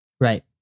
Right